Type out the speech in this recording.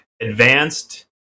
advanced